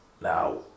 Now